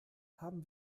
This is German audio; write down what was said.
haben